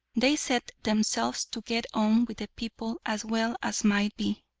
they set themselves to get on with the people as well as might be,